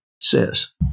says